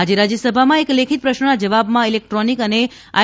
આજે રાજ્યસભામાં એક લેખિત પ્રશ્નના જવાબમાં ઇલેક્ટ્રોનિક અને આઈ